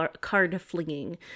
card-flinging